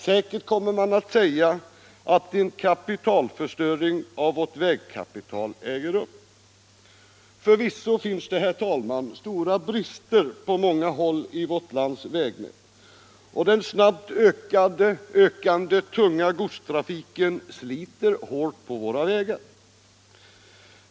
Säkert kommer man att säga att en kapitalförstöring äger rum inom vårt vägnät. Förvisso finns det, herr talman, stora brister på många håll i vårt lands vägnät, och den snabbt ökande tunga godstrafiken sliter hårt på våra vägar.